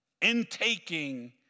intaking